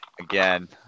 Again